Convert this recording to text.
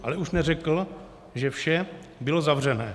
Ale už neřekl, že vše bylo zavřené.